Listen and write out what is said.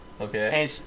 okay